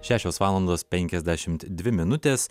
šešios valandos penkiasdešimt dvi minutės